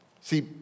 See